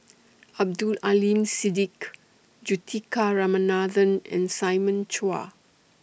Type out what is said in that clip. Abdul Aleem Siddique Juthika Ramanathan and Simon Chua